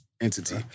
entity